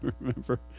remember